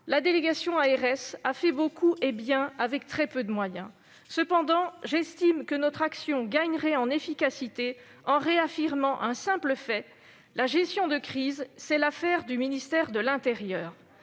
de l'ARS a fait beaucoup et bien avec très peu de moyens. Toutefois, notre action gagnerait en efficacité en réaffirmant un simple fait : la gestion de crise, c'est l'affaire du ministère de l'intérieur.